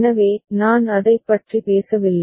எனவே நான் அதைப் பற்றி பேசவில்லை